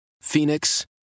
Phoenix